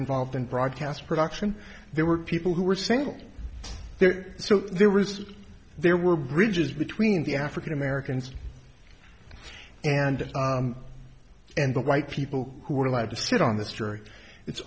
involved in broadcast production there were people who were single there so there was there were bridges between the african americans and and the white people who were allowed to sit on this jury it's